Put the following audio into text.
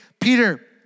Peter